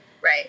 Right